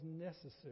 necessary